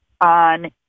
on